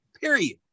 period